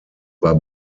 war